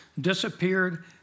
disappeared